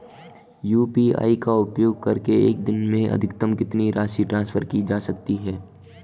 UPI का उपयोग करके एक दिन में अधिकतम कितनी राशि ट्रांसफर की जा सकती है?